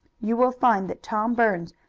you will find that tom burns,